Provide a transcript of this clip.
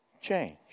change